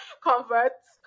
converts